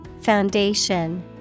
Foundation